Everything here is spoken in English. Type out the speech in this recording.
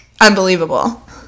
unbelievable